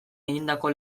egindako